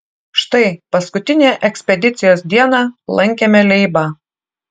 štai paskutinę ekspedicijos dieną lankėme leibą